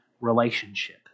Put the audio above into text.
relationship